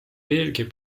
veelgi